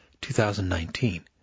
2019